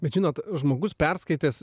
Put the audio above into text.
bet žinot žmogus perskaitęs